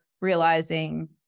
realizing